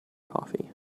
coffee